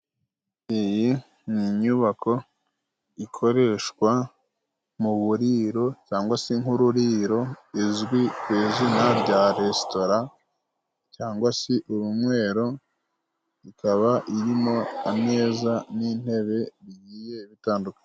Iyi ni inyubako ikoreshwa mu buririro, cyangwa se nk'ururiro, izwi ku izina rya resitora, cyangwa se urunywero, ikaba irimo ameza n'intebe bigiye bitandukanye.